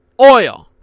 oil